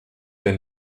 denn